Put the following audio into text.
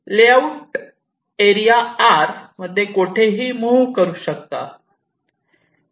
layout area R मध्ये कोठेही move करू शकतात